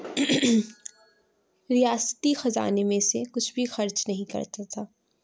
ریاستی خزانے میں سے کچھ بھی خرچ نہیں کرتا تھا